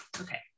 okay